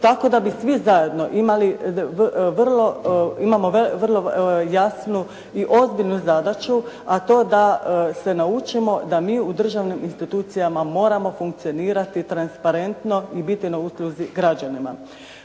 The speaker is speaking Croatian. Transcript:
Tako da bi svi zajedno imao vrlo jasnu i ozbiljnu zadaću, a to da se naučimo da mi u državnim institucijama moramo funkcionirati transparentno i biti na usluzi građanima.